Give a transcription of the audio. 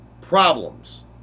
problems